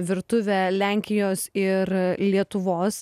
virtuvę lenkijos ir lietuvos